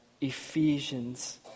Ephesians